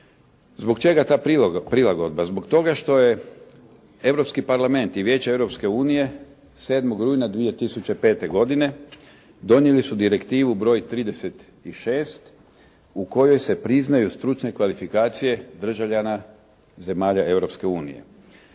Zbog čega ta prilagodba? Zbog toga što je Europski parlament i Vijeće Europske unije 7. rujna 2005. godine donijeli su direktivu br. 36 u kojoj se priznaju stručne kvalifikacije državljana zemalja Europske unije.